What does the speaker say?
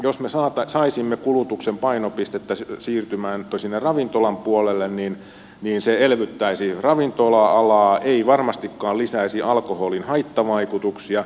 jos me saisimme kulutuksen painopistettä siirtymään sinne ravintolan puolelle niin se elvyttäisi ravintola alaa ei varmastikaan lisäisi alkoholin haittavaikutuksia